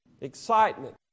excitement